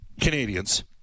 Canadians